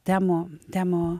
temų temų